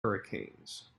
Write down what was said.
hurricanes